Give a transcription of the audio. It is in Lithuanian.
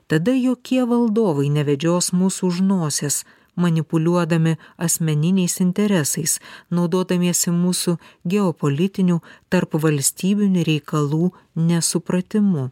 tada jokie valdovai nevedžios mūsų už nosies manipuliuodami asmeniniais interesais naudodamiesi mūsų geopolitinių tarpvalstybinių reikalų nesupratimu